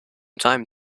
time